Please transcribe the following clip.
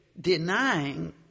denying